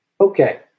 okay